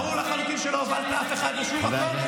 ברור לחלוטין שלא הובלת אף אחד לשום מקום.